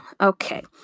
Okay